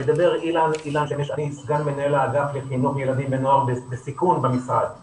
אני סגן מנהל האגף לחינוך ילדים ונוער בסיכון במשרד החינוך,